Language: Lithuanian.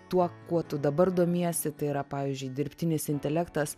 tuo kuo tu dabar domiesi tai yra pavyzdžiui dirbtinis intelektas